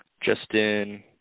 Justin